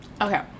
okay